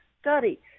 study